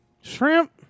Shrimp